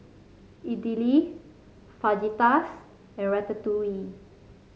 Idili Fajitas and Ratatouille